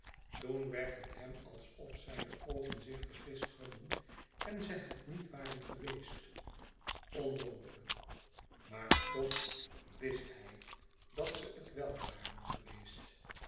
toen werd het hem alsof zijne oogen zich vergist hadden en ze het niet waren geweest onmogelijk maar toch wist hij dat ze het wèl waren geweest